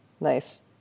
Nice